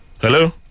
Hello